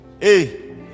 hey